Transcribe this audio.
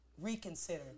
reconsider